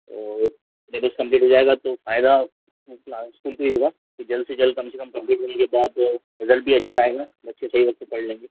और syllabus complete हो जाएगा तो फ़ायदा स्कूल को ही होगा कि जल्द से जल्द कम से कम होने के बाद रिज़ल्ट भी अच्छे आएगा बच्चे सही वक्त पर पढ़ लेंगे